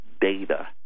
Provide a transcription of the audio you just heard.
data